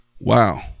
Wow